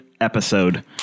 episode